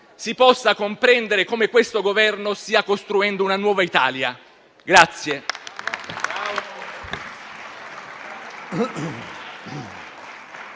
si possa comprendere come questo Governo stia costruendo una nuova Italia.